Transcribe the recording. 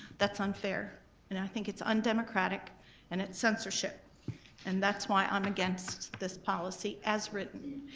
that's unfair and i think it's undemocratic and it's censorship and that's why i'm against this policy as written.